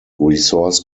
resource